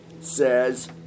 says